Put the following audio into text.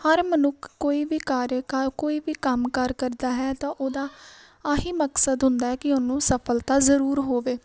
ਹਰ ਮਨੁੱਖ ਕੋਈ ਵੀ ਕਾਰਯਕਾ ਕੋਈ ਵੀ ਕੰਮ ਕਾਰ ਕਰਦਾ ਹੈ ਤਾਂ ਉਹਦਾ ਆ ਹੀ ਮਕਸਦ ਹੁੰਦਾ ਕਿ ਉਹਨੂੰ ਸਫਲਤਾ ਜ਼ਰੂਰ ਹੋਵੇ